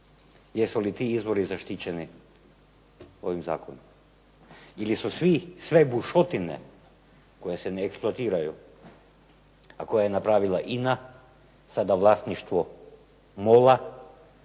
Jesu li ti izvori zaštićeni ovim zakonom ili su svi, sve bušotine koje se ne eksploatiraju, a koje je napravila INA sada vlasništvo MOL-a